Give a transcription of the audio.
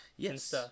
Yes